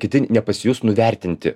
kiti nepasijus nuvertinti